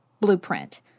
blueprint